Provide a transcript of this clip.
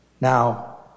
Now